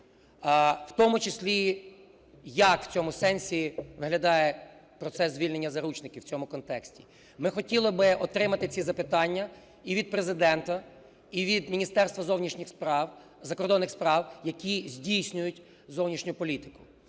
В тому числі, як в цьому сенсі виглядає процес звільнення заручників, в цьому контексті. Ми хотіли би отримати ці запитання і від Президента, і від Міністерства зовнішніх справ, закордонних справ, які здійснюють зовнішню політику.